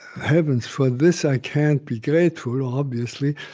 heavens, for this i can't be grateful, obviously.